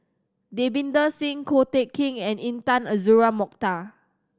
Davinder Singh Ko Teck Kin and Intan Azura Mokhtar